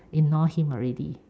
ignore him already